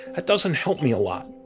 that doesn't help me a lot.